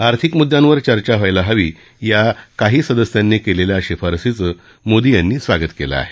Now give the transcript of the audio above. आर्थिक मुद्द्यांवर चर्चा व्हायला हवी या काही सदस्यांनी केलेल्या शिफारशींचं मोदी यांनी स्वागत केलं आहे